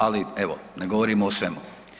Ali evo, ne govorimo o svemu.